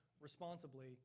responsibly